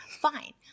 Fine